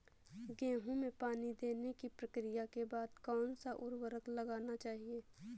गेहूँ में पानी देने की प्रक्रिया के बाद कौन सा उर्वरक लगाना चाहिए?